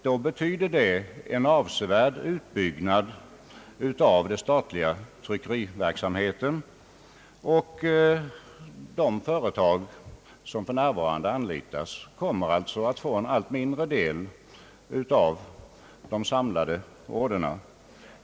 Det betyder då en avsevärd utbyggnad av den statliga tryckeriverksamheten, och de företag som för närvarande anlitas kommer alltså att få en allt mindre del av de samlade orderna.